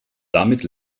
damit